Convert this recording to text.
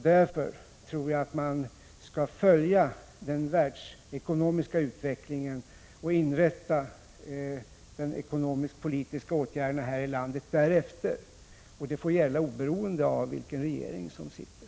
Därför tror jag att man skall följa den världsekonomiska utvecklingen och inrätta de ekonomisk-politiska åtgärderna här i landet därefter. Det får gälla oberoende av vilken regering som sitter.